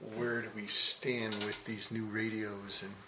where do we stand with these new radios and